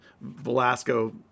Velasco